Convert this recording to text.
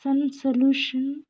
sun solution